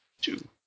Two